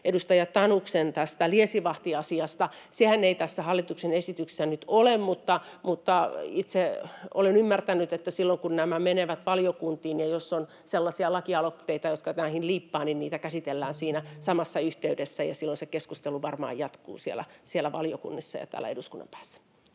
edustaja Tanuksen liesivahtiasiasta. Sehän ei tässä hallituksen esityksessä nyt ole, mutta itse olen ymmärtänyt, että silloin, kun nämä menevät valiokuntiin, jos on sellaisia lakialoitteita, jotka näitä liippaavat, niitä käsitellään siinä samassa yhteydessä, ja silloin se keskustelu varmaan jatkuu siellä valiokunnissa ja täällä eduskunnan päässä.